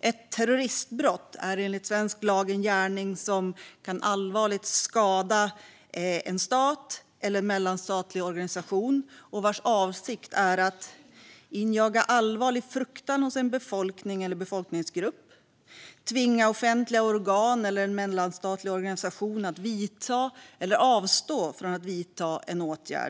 ett terroristbrott är enligt svensk lag en gärning som kan allvarligt skada en stat eller mellanstatlig organisation och med vilket avsikten är att injaga allvarlig fruktan hos en befolkning eller befolkningsgrupp, tvinga offentliga organ eller en mellanstatlig organisation att vidta eller avstå från att vidta en åtgärd.